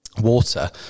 water